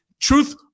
truth